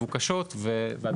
שיווק ומערכת סליקה פיננסיים),